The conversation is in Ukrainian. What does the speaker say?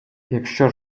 якщо